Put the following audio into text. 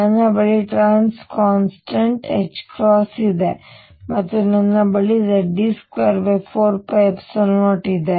ನನ್ನ ಬಳಿ trans constant ಇದೆ ಮತ್ತು ನನ್ನ ಬಳಿ Ze24π0 ಇದೆ